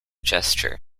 gesture